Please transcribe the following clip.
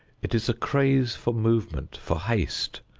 it is a craze for movement, for haste,